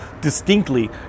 distinctly